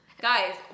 Guys